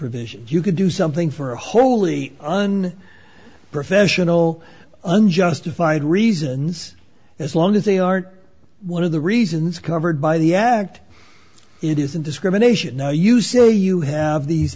provisions you could do something for a wholly on professional unjustified reasons as long as they aren't one of the reasons covered by the act it isn't discrimination you say you have these